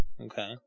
Okay